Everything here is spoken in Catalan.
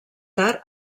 tard